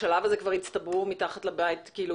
בשלב הזה התקהלו כבר